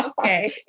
Okay